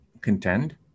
contend